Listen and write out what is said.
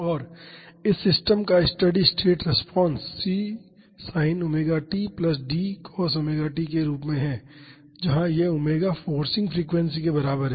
और इस सिस्टम का steady state response C sin ⍵t plus D cos ⍵t के रूप में है जहां यह ओमेगा फोर्सिंग फ्रीक्वेंसी के बराबर है